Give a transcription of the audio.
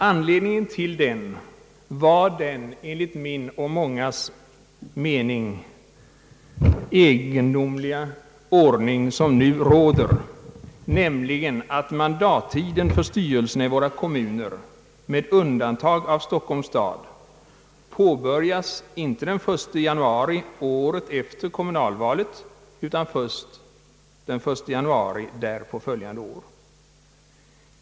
Anledningen till frågan var den enligt min och mångas mening egendomliga ordning som nu råder, nämligen att mandattiden för styrelserna i våra kommuner med undantag av Stockholms stad påbörjas inte den 1 januari året efter kommunalvalet utan först den 1 januari därpå följande år.